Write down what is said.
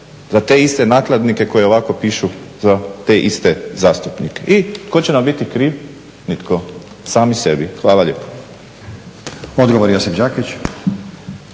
za te iste nakladnike koji ovako pišu za te iste zastupnike. I tko će nam biti kriv? Nitko, sami sebi! Hvala lijepo. **Stazić,